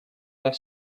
their